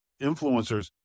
influencers